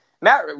Matt